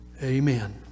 amen